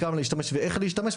כמה להשתמש ואיך להשתמש,